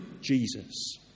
Jesus